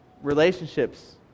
relationships